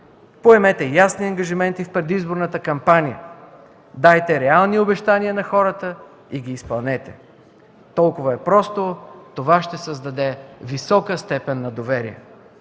Поемете ясни ангажименти в предизборната кампания. Дайте реални обещания на хората и ги изпълнете. Толкова е просто. Това ще създаде висока степен на доверие.